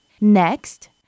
Next